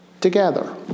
together